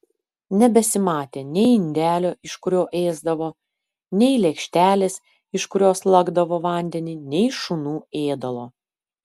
nebesimatė nei indelio iš kurio ėsdavo nei lėkštelės iš kurios lakdavo vandenį nei šunų ėdalo